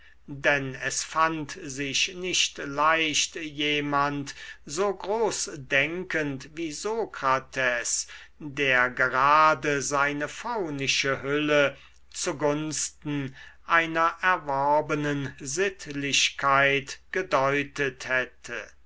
denn es fand sich nicht leicht jemand so großdenkend wie sokrates der gerade seine faunische hülle zugunsten einer erworbenen sittlichkeit gedeutet hätte